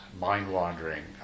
mind-wandering